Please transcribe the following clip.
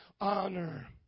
honor